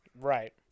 Right